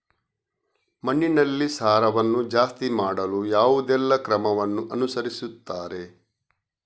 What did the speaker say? ಮಣ್ಣಿನಲ್ಲಿ ಸಾರವನ್ನು ಜಾಸ್ತಿ ಮಾಡಲು ಯಾವುದೆಲ್ಲ ಕ್ರಮವನ್ನು ಅನುಸರಿಸುತ್ತಾರೆ